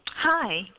Hi